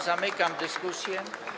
Zamykam dyskusję.